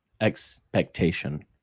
expectation